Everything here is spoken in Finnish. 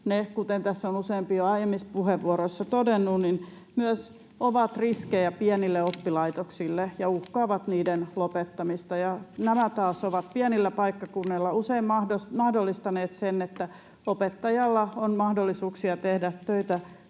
Ne, kuten tässä on useampi jo aiemmissa puheenvuoroissa todennut, ovat myös riskejä pienille oppilaitoksille ja uhkaavat niiden lopettamista. Nämä taas ovat pienillä paikkakunnilla usein mahdollistaneet sen, että opettajalla on mahdollisuuksia tehdä töitä